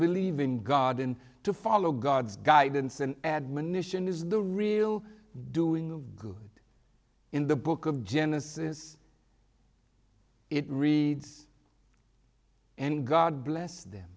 believe in god and to follow god's guidance and admonition is the real doing good in the book of genesis it reads and god bless them